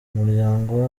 umuryango